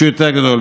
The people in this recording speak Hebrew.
שהוא יותר גדול.